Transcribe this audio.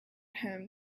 him